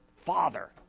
Father